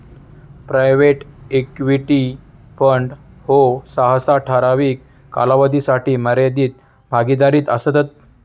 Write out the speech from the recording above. private equity fund ह्ये सहसा ठराविक कालावधीसाठी मर्यादित भागीदारीत असतत